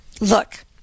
look